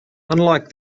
unlike